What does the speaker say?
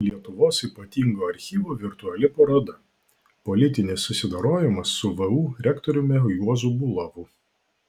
lietuvos ypatingojo archyvo virtuali paroda politinis susidorojimas su vu rektoriumi juozu bulavu